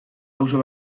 auzo